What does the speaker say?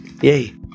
yay